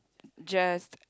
just